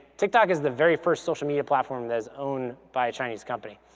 tiktok is the very first social media platform that is owned by a chinese company.